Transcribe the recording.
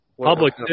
Public